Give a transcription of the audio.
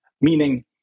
Meaning